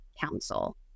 council